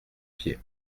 pied